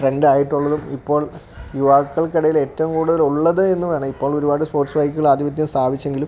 ട്രെൻറ്റായിട്ടുള്ളതും ഇപ്പോൾ യുവാക്കൾക്കിടയിലേറ്റവും കൂടുതലുള്ളത് എന്ന് വേണേ ഇപ്പോൾ ഒരുപാട് സ്പോർട്സ് ബൈക്കുകളാധിപത്യം സ്ഥാപിച്ചെങ്കിലും